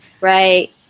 Right